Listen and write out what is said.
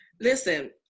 Listen